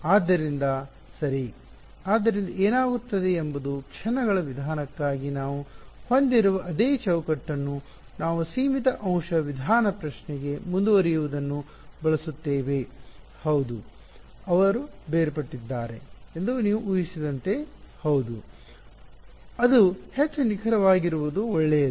ಆದ್ದರಿಂದ ಸರಿ ಆದ್ದರಿಂದ ಏನಾಗುತ್ತದೆ ಎಂಬುದು ಕ್ಷಣಗಳ ವಿಧಾನಕ್ಕಾಗಿ ನಾವು ಹೊಂದಿರುವ ಅದೇ ಚೌಕಟ್ಟನ್ನು ನಾವು ಸೀಮಿತ ಅಂಶ ವಿಧಾನ ಪ್ರಶ್ನೆಗೆ ಮುಂದುವರಿಯುವುದನ್ನು ಬಳಸುತ್ತೇವೆ ಹೌದು ಅವರು ಬೇರ್ಪಟ್ಟಿದ್ದಾರೆ ಎಂದು ನೀವು ಉಹಿಸಿದಂತೆ ಹೌದು ಅದು ಹೆಚ್ಚು ನಿಖರವಾಗಿರುವುದು ಒಳ್ಳೆಯದು